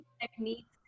techniques